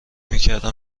میکردم